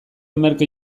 merke